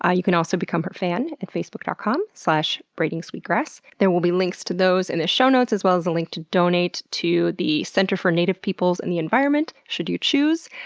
ah you can also become her fan at facebook dot com slash braidingsweetgrass. there will be links to those in the show notes, as well as a link to donate to the center for native peoples and the environment, should you choose.